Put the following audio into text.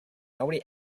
nobody